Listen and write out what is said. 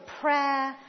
prayer